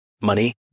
money